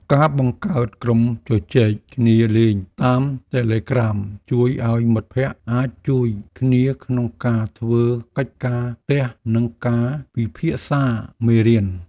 ការបង្កើតក្រុមជជែកគ្នាលេងតាមតេឡេក្រាមជួយឱ្យមិត្តភក្តិអាចជួយគ្នាក្នុងការធ្វើកិច្ចការផ្ទះនិងការពិភាក្សាមេរៀន។